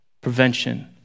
Prevention